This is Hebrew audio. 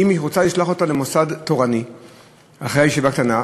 היא רוצה לשלוח אותו למוסד תורני אחרי הישיבה הקטנה,